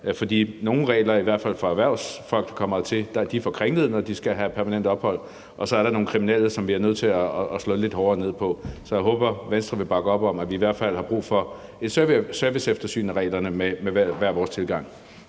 For nogle regler, i hvert fald for erhvervsfolk, der kommer hertil, er for kringlede, når de skal have permanent ophold, og så er der nogle kriminelle, som vi er nødt til at slå lidt hårdere ned på. Så jeg håber, at Venstre vil bakke op om, at vi i hvert fald har brug for et serviceeftersyn af reglerne med hver vores tilgang.